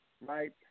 Right